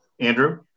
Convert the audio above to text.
Andrew